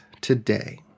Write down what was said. today